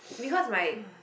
because my